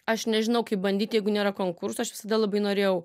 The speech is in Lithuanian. aš nežinau kaip bandyt jeigu nėra konkurso aš visada labai norėjau